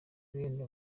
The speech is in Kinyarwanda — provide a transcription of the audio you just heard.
bene